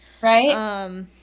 right